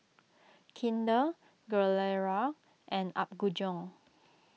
Kinder Gilera and Apgujeong